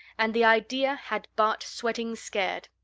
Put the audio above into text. and the idea had bart sweating scared.